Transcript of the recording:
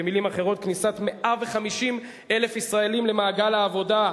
במלים אחרות, כניסת 150,000 ישראלים למעגל העבודה,